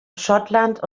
schottland